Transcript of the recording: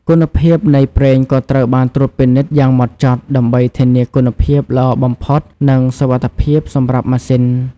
គុណភាពនៃប្រេងក៏ត្រូវបានត្រួតពិនិត្យយ៉ាងហ្មត់ចត់ដើម្បីធានាគុណភាពល្អបំផុតនិងសុវត្ថិភាពសម្រាប់ម៉ាស៊ីន។